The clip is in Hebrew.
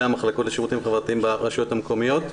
המחלקות לשירותים חברתיים ברשויות המקומיות.